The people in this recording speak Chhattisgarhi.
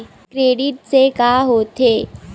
क्रेडिट से का होथे?